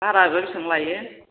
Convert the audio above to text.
बाहराबा बिसिबां लायो